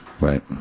right